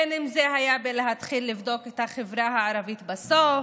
בין שזה היה בלהתחיל לבדוק את החברה הערבית בסוף,